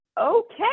okay